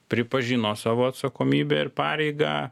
pripažino savo atsakomybę ir pareigą